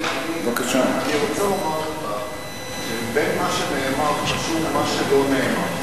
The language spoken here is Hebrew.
אני רוצה לומר לך שבין מה שנאמר חשוב מה שלא נאמר.